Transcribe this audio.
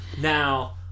Now